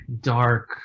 dark